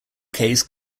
case